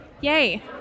Yay